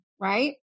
Right